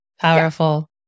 powerful